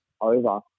over